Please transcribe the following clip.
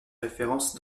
références